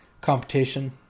competition